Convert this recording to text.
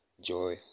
joy